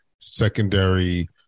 secondary